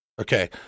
okay